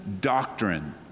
doctrine